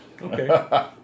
Okay